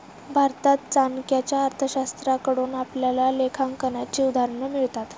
भारतात चाणक्याच्या अर्थशास्त्राकडून आपल्याला लेखांकनाची उदाहरणं मिळतात